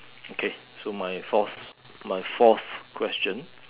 okay so my fourth my fourth question